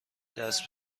دست